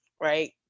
right